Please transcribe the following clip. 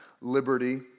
liberty